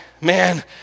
Man